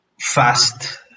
fast